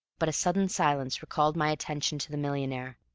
but a sudden silence recalled my attention to the millionaire.